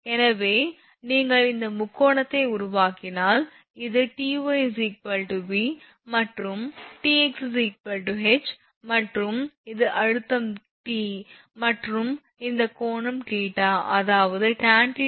எனவே நீங்கள் இந்த முக்கோணத்தை உருவாக்கினால் இது Ty V மற்றும் Tx H மற்றும் இது அழுத்தம் T மற்றும் இந்த கோணம் θ அதாவது tan θ VH